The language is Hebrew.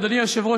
אדוני היושב-ראש,